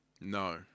No